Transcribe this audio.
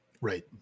Right